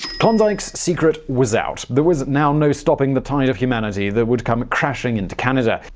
klondike's secret was out. there was now no stopping the tide of humanity that would come crashing into canada.